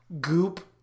goop